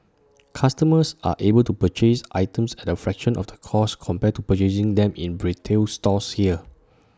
customers are able to purchase items at A fraction of the cost compared to purchasing them in retail stores here